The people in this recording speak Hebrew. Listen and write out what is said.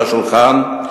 על השולחן,